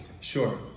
Sure